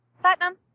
Platinum